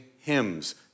hymns